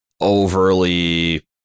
overly